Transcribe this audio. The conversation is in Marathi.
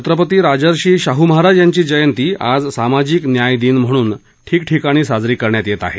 छत्रपती राजर्षी शाह् महाराज यांची जयंती आज सामाजिक न्याय दिन म्हणून ठिकठिकाणी साजरी करण्यात येत आहे